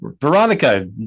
Veronica